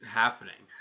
happening